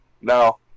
No